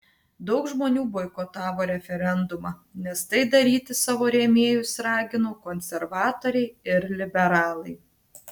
daug žmonių boikotavo referendumą nes tai daryti savo rėmėjus ragino konservatoriai ir liberalai